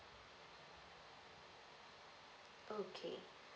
okay